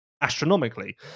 astronomically